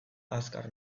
azkar